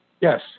Yes